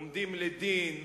עומדים לדין,